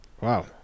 Wow